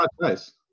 nice